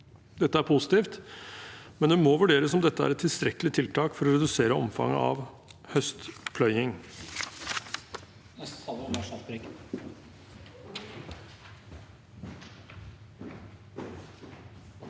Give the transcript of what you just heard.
Dette er positivt, men det må vurderes om dette er et tilstrekkelig tiltak for å redusere omfanget av høstpløying.